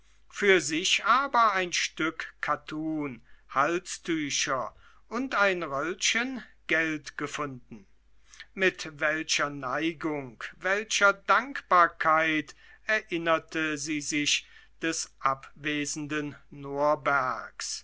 für sich aber ein stück kattun halstücher und ein röllchen geld gefunden mit welcher neigung welcher dankbarkeit erinnerte sie sich des abwesenden norbergs